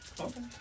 Okay